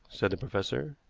said the professor.